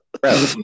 bro